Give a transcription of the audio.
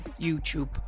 YouTube